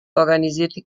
organisierte